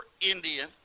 Indian